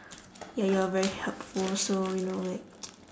ya you're very helpful also you know like